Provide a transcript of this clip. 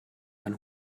ein